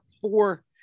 four